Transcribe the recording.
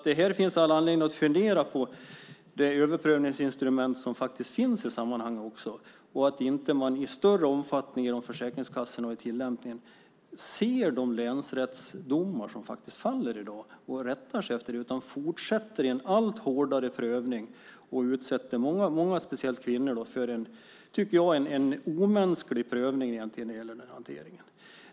Det finns all anledning att fundera på det överprövningsinstrument som finns i sammanhanget och att man inte i större omfattning genom försäkringskassornas tillämpning ser de länsrättsdomar som faller i dag och rättar sig efter dem utan fortsätter i en allt hårdare prövning och utsätter många, speciellt kvinnor, för en omänsklig prövning när det gäller denna hantering.